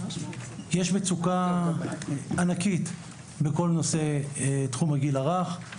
יש מצוקה ענקית בכל נושא תחום הגיל הרך.